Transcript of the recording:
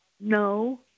No